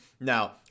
Now